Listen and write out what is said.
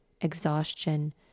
exhaustion